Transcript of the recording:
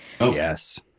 Yes